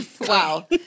Wow